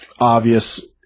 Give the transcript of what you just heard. obvious